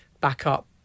backup